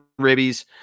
ribbies